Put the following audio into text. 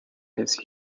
his